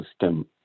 system